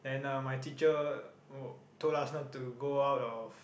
then ah my teacher told us not to go out of